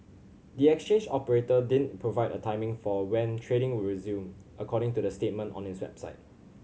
the exchange operator didn't provide a timing for when trading will resume according to the statement on its website